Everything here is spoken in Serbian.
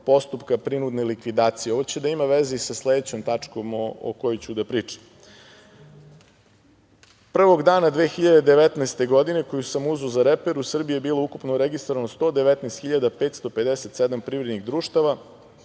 postupka prinudne likvidacije. Ovo će da ima veze i sa sledećom tačkom o kojoj ću da pričam. Prvog dana 2019. godine, koju sam uzeo za reper, u Srbiji je bilo ukupno registrovano 119.557 privrednih društava